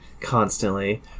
constantly